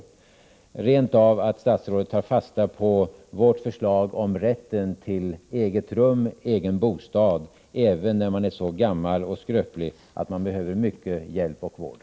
Jag hoppas rent av att statsrådet tar fasta på vårt förslag om rätten till eget rum eller egen bostad, även om man är så gammal och skröplig att man behöver mycket hjälp och vård.